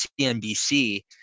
CNBC